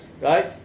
right